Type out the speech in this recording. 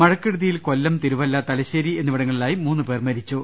മഴക്കെടുതിയിൽ കൊല്ലം തിരുവല്ല തലശേരി എന്നിവിടങ്ങളിലായി മൂന്നുപേർ മരിച്ചു